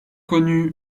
connu